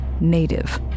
native